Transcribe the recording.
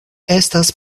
estas